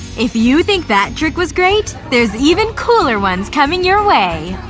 if you think that trick was great, there's even cooler ones coming your way!